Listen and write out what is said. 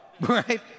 right